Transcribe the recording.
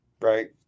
right